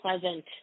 pleasant